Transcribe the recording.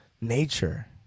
nature